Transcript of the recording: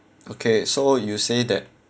okay so you say that